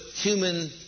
human